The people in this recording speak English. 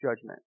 judgment